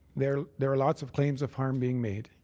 there there are lots of claims of harm being made,